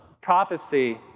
prophecy